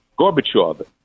Gorbachev